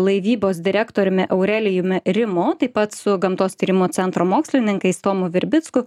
laivybos direktoriumi aurelijumi rimu taip pat su gamtos tyrimų centro mokslininkais tomu virbicku